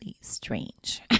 strange